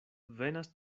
venas